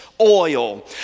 Oil